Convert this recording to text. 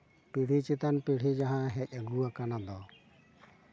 ᱯᱤᱲᱦᱤ ᱪᱮᱛᱟᱱ ᱯᱤᱲᱦᱤ ᱡᱟᱦᱟᱸ ᱦᱮᱡ ᱟᱹᱜᱩᱣᱟᱠᱟᱱ ᱫᱚ